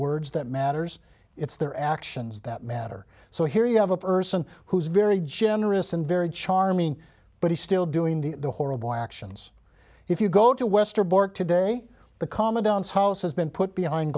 words that matters it's their actions that matter so here you have a person who's very generous and very charming but he's still doing the horrible actions if you go to westerbork today a comma downs house has been put behind